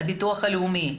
לביטוח הלאומי,